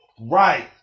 right